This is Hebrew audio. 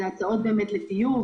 אלה הצעות לטיוב,